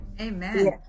Amen